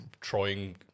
trying